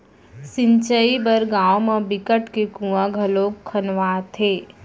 सिंचई बर गाँव म बिकट के कुँआ घलोक खनवाथे